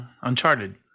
Uncharted